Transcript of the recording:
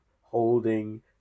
holding